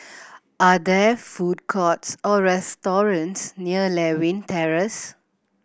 are there food courts or restaurants near Lewin Terrace